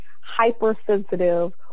hypersensitive